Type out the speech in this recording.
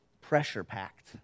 pressure-packed